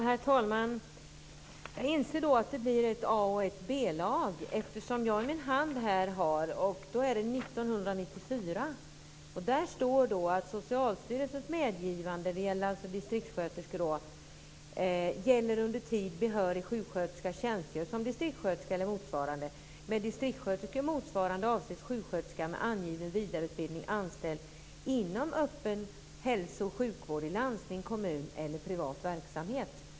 Herr talman! Jag inser att det blir ett A-lag och ett B-lag. Jag har här i min hand regler från 1994 som gäller distriktssköterskor. Där står: "Socialstyrelsens medgivande gäller under tid behörig sjuksköterska tjänstgör som distriktssköterska motsvarande avses sjuksköterska med angiven vidareutbildning anställd inom öppen hälso och sjukvård i landsting, kommun eller privat verksamhet."